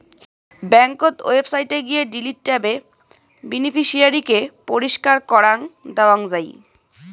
ব্যাংকোত ওয়েবসাইটে গিয়ে ডিলিট ট্যাবে বেনিফিশিয়ারি কে পরিষ্কার করাং দেওয়াং যাই